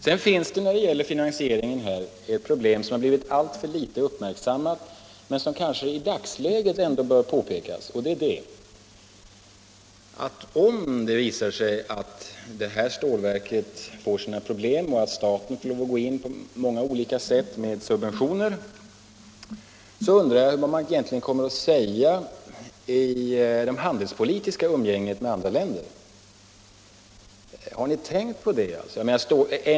Sedan finns det när det gäller finansieringen ett problem som blivit alltför litet uppmärksammat och som kanske i dagsläget ändå bör påpekas: Om det visar sig att detta stålverk får svårigheter och staten måste gå in på många olika sätt med subventioner, vad kommer då att sägas i det handelspolitiska umgänget med andra länder? Har ni tänkt på det?